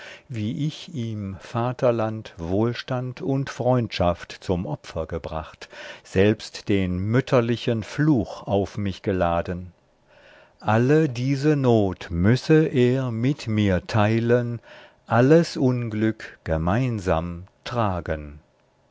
wie ich ihm vaterland wohlstand und freundschaft zum opfer gebracht selbst den mütterlichen fluch auf mich geladen alle diese not müsse er mit mir teilen alles unglück gemeinsam tragen